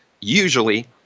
usually